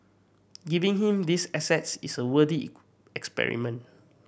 giving him these assets is a experiment